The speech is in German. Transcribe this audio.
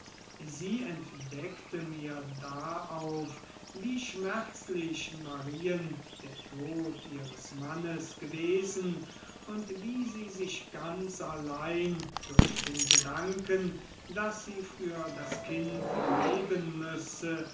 sie entdeckte mir darauf wie schmerzlich marien der tod ihres mannes gewesen und wie sie sich ganz allein durch den gedanken daß sie für das kind leben müsse